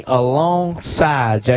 alongside